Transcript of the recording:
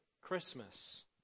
Christmas